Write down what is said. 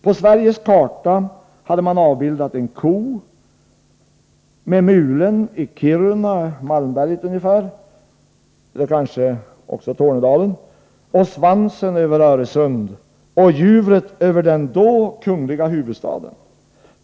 På Sveriges karta hade man avbildat en ko med mulen i Kiruna, vid Malmberget ungefär eller kanske Tornedalen, svansen över Öresund och juvret över den då kungliga huvudstaden.